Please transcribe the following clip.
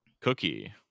Cookie